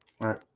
right